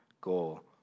goal